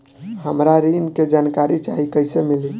हमरा ऋण के जानकारी चाही कइसे मिली?